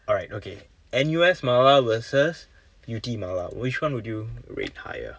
alright okay N_U_S mala versus yew tee mala which one would you rate higher